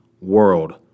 world